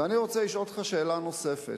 ואני רוצה לשאול אותך שאלה נוספת.